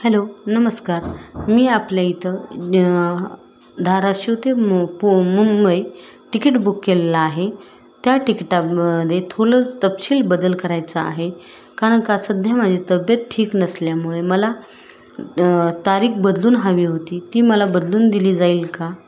hello नमस्कार मी आपल्या इथं धाराशिव ते मु पु मुंबई तिकीट बुक केलेला आहे त्या टिकिटामध्ये थोडं तपशील बदल करायचा आहे कारण का सध्या माझी तब्येत ठीक नसल्यामुळे मला तारीख बदलून हवी होती ती मला बदलून दिली जाईल का